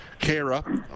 Kara